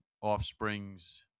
offsprings